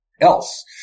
else